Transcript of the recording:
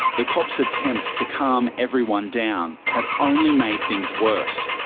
the cops' attempts to calm everyone down had only made things worse.